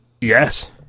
Yes